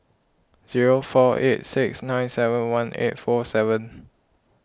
zero four eight six nine seven one eight four seven